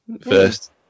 first